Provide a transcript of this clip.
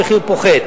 המחיר פוחת.